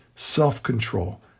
self-control